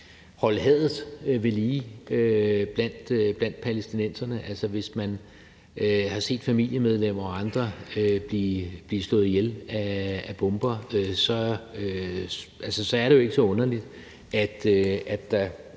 holde hadet ved lige blandt palæstinenserne. Altså, hvis man har set familiemedlemmer og andre blive slået ihjel af bomber, er det jo ikke så underligt, at det